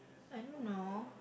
I don't know